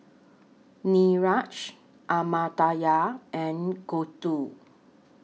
Niraj Amartya and Gouthu